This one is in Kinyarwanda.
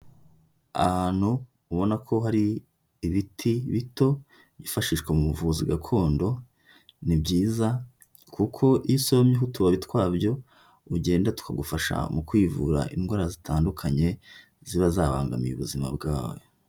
Ahantu ubona ko hari ibiti bito byifashishwa mu buvuzi gakondo. Ni byiza kuko iyo usoromyeho utubabi twabyo ugenda tukagufasha mu kwivura indwara zitandukanye ziba zabangamiye ubuzima bwawe.